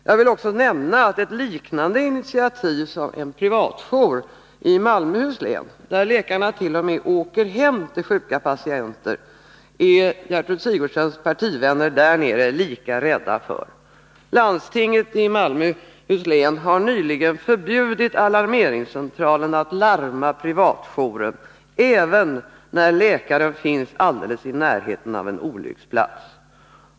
Jag vill nämna att ett liknande initiativ — en privatjour i Malmöhus län, där läkarna t.o.m. åker hem till sjuka patienter — är Gertrud Sigurdsens partivänner där nere lika rädda för. Landstinget i Malmöhus län har nyligen förbjudit alarmeringscentralen att larma privatjouren, även när läkaren finns alldeles i närheten av en olycksplats.